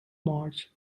march